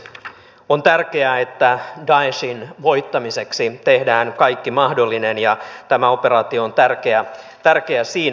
on tärkeää että daeshin voittamiseksi tehdään kaikki mahdollinen ja tämä operaatio on tärkeä siinä